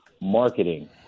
marketing